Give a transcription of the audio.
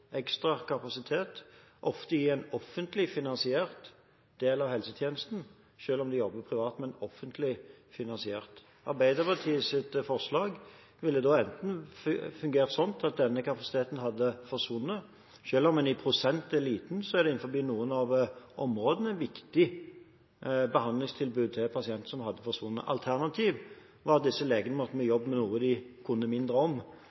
ekstra kapasitet i en offentlig finansiert del av helsetjenesten, selv om de jobber privat. Arbeiderpartiets representantforslag ville ha fungert sånn at denne kapasiteten hadde forsvunnet. Selv om den i prosent er liten, er den innenfor noen områder et viktig behandlingstilbud til pasientene, som altså ville ha forsvunnet. Alternativet er at disse legene måtte jobbe med noe de kan mindre om,